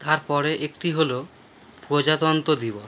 তারপরে একটি হলো প্রজাতন্ত্র দিবস